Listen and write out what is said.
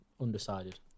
undecided